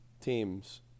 teams